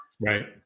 Right